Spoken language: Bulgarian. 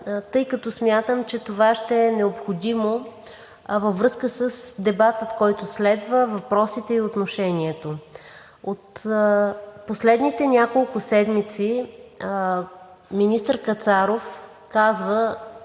тъй като смятам, че това ще е необходимо във връзка с дебата, който следва – въпросите и отношението. От последните няколко седмици министър Кацаров казва